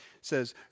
says